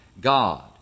God